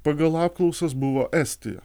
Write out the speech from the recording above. pagal apklausas buvo estija